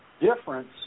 difference